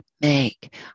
make